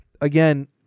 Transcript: again